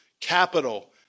capital